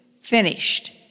Finished